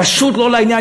זה פשוט לא לעניין.